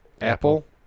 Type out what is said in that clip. Apple